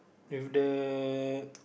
with the